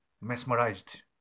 Mesmerized